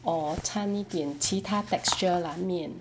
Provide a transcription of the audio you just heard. or 掺一点其他 texture like 面